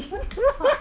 what the fuck